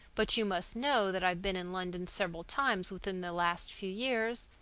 but you must know that i've been in london several times within the last few years,